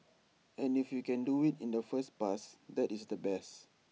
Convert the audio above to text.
and if you can do IT in the first pass that is the best